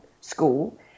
school